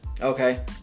Okay